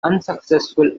unsuccessful